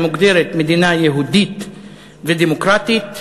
המוגדרת "מדינה יהודית ודמוקרטית",